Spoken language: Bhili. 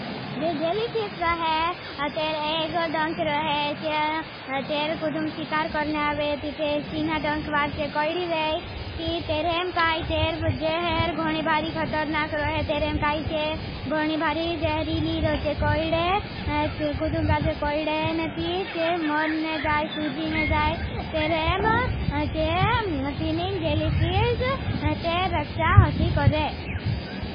जे उन्हें येलीफिस रहै, तेर एग ये रहै। तेर कुदिंग शिकार करने हावे तीते तीनह ढंक्र कॊइडी रहे। तेरहीम काई तेर जहर गोनी भारी, ख़तर्णाक रहे। तेरहीम काई जहरी ली रहे ताइंग कौइडा।